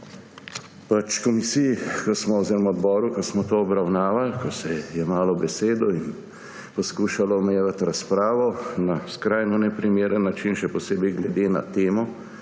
odboru, ko smo to obravnavali, ko se je jemalo besedo in poskušalo omejevati razpravo na skrajno neprimeren način – še posebej glede na temo,